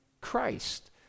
Christ